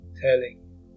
telling